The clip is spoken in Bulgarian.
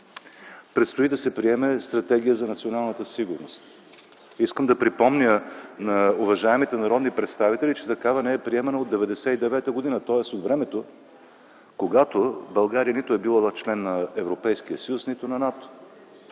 Предстои да се приеме Стратегия за националната сигурност. Искам да припомня на уважаемите народни представители, че такава не е приемана от 1999 г., тоест от времето, когато България нито е била член на Европейския съюз, нито на НАТО.